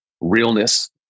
realness